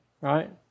right